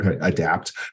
adapt